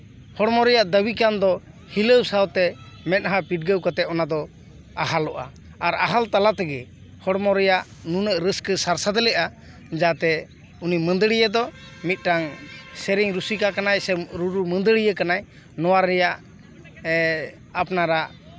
ᱦᱚᱲᱢᱚ ᱨᱮᱭᱟᱜ ᱫᱟᱹᱵᱤ ᱠᱷᱟᱱ ᱫᱚ ᱦᱤᱞᱟᱹᱣ ᱥᱟᱶᱛᱮ ᱢᱮᱫᱦᱟ ᱯᱤᱰᱜᱟᱹᱣ ᱠᱟᱛᱮᱜ ᱚᱱᱟ ᱫᱚ ᱟᱦᱟᱞᱚᱜᱼᱟ ᱟᱨ ᱟᱦᱟᱞ ᱛᱟᱞᱟ ᱛᱮᱜᱮ ᱦᱚᱲᱢᱚ ᱨᱮᱭᱟᱜ ᱱᱩᱱᱟᱹᱜ ᱨᱟᱹᱥᱠᱟᱹ ᱥᱟᱨ ᱥᱟᱫᱽᱞᱮᱜᱼᱟ ᱡᱟᱛᱮ ᱩᱱᱤ ᱢᱟᱹᱫᱟᱹᱲᱤᱭᱟᱹ ᱫᱚ ᱢᱤᱫᱴᱟᱱ ᱥᱮᱨᱮᱧ ᱨᱩᱥᱤᱠᱟ ᱠᱟᱱᱟᱭ ᱥᱮ ᱨᱩ ᱨᱩ ᱢᱟᱹᱫᱟᱹᱲᱤᱭᱟᱹ ᱠᱟᱱᱟᱭ ᱱᱚᱣᱟ ᱨᱮᱭᱟᱜ ᱟᱯᱱᱟᱨᱟᱜ